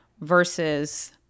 versus